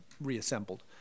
reassembled